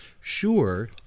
sure